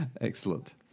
Excellent